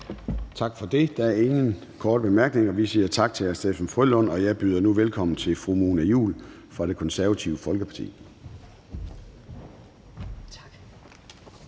Tak for det. Der er ingen korte bemærkninger. Vi siger tak til hr. Steffen W. Frølund. Og jeg giver nu ordet til fru Mona Juul, Det Konservative Folkeparti.